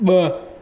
ब॒